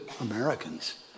Americans